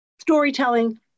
storytelling